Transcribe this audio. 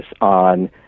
on